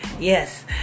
yes